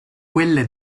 quelle